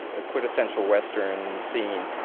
a quintessential western scene.